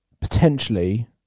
potentially